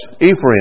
Ephraim